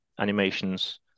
animations